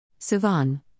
Sivan